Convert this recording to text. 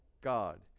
God